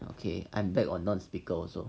okay I am back on non speakers also